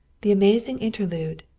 the amazing interlude,